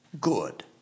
good